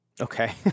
Okay